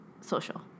social